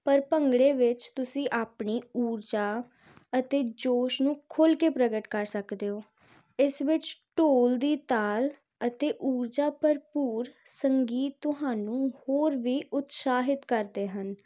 ਪਰ ਭੰਗੜੇ ਵਿੱਚ ਤੁਸੀਂ ਆਪਣੀ ਊਰਜਾ ਅਤੇ ਜੋਸ਼ ਨੂੰ ਖੁੱਲ੍ਹ ਕੇ ਪ੍ਰਗਟ ਕਰ ਸਕਦੇ ਹੋ ਇਸ ਵਿੱਚ ਢੋਲ ਦੀ ਤਾਲ ਅਤੇ ਊਰਜਾ ਭਰਪੂਰ ਸੰਗੀਤ ਤੁਹਾਨੂੰ ਹੋਰ ਵੀ ਉਤਸ਼ਾਹਿਤ ਕਰਦੇ ਹਨ